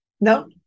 No